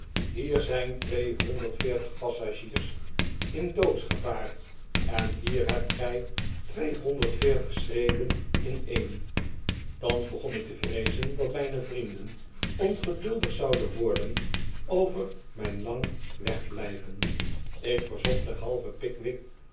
hier zijn tweehonderdveertig passagiers in doodsgevaar en hier hebt gy tweehonderdveertig scnreeuwen in een thans begon ik te vreezen dat mijne vrienden ongeduldig zouden worden over mijn lang wegblijven ik verzocht derhalve pickwick